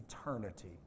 eternity